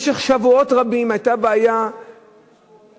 במשך שבועות רבים היתה בעיה טכנית,